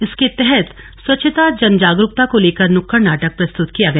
इसके तहत स्वच्छता जनजागरूकता को लेकर नुक्कड़ नाटक प्रस्तूत किया गया